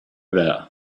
there